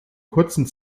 kurzen